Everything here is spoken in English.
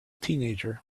teenager